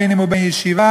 בין שהוא בן ישיבה,